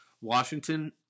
Washington